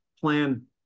plan